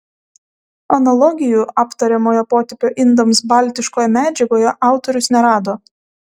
analogijų aptariamojo potipio indams baltiškoje medžiagoje autorius nerado